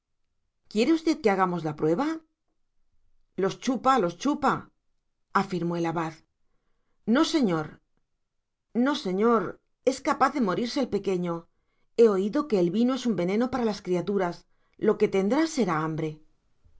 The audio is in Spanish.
quiere usted que hagamos la prueba los chupa los chupa afirmó el abad no señor no señor es capaz de morirse el pequeño he oído que el vino es un veneno para las criaturas lo que tendrá será hambre